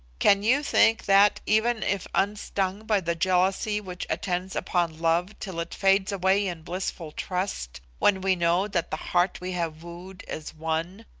can you think that, even if unstung by the jealousy which attends upon love till it fades away in blissful trust when we know that the heart we have wooed is won,